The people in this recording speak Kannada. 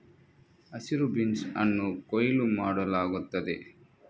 ಹಸಿರು ಬೀನ್ಸ್ ಅನ್ನು ಕೊಯ್ಲು ಮಾಡಲಾಗುತ್ತದೆ